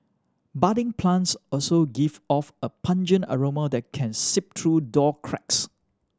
budding plants also give off a pungent aroma that can seep through door cracks